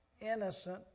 innocent